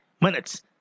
minutes